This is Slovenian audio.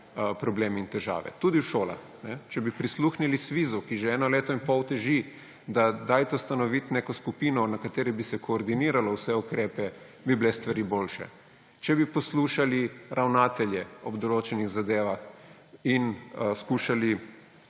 problemi in težave. Tudi v šolah. Če bi prisluhnili SVIZ-u, ki že eno leto in pol teži, da ustanovite neko skupino, na kateri bi se koordiniralo vse ukrepe, bi bile stvari boljše. Če bi poslušali ravnatelje ob določenih zadevah in skušali